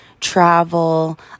travel